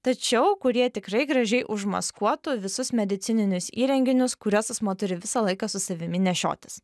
tačiau kurie tikrai gražiai užmaskuotų visus medicininius įrenginius kuriuos asmuo turi visą laiką su savimi nešiotis